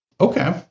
Okay